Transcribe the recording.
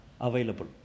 available